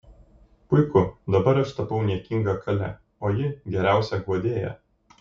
puiku dabar aš tapau niekinga kale o ji geriausia guodėja